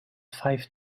five